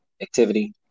activity